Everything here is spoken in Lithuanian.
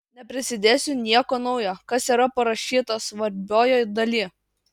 nepridėsiu nieko naujo kas yra parašyta svarbiojoj daly